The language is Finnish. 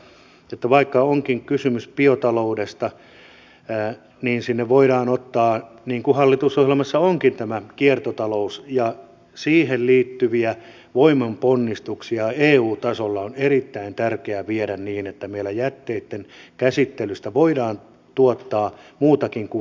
minä toivon että vaikka onkin kysymys biotaloudesta niin sinne voidaan ottaa niin kuin hallitusohjelmassa onkin tämä kiertotalous ja siihen liittyviä voimanponnistuksia eu tasolla on erittäin tärkeää viedä niin että meillä jätteitten käsittelystä voidaan tuottaa muutakin kuin vain multaa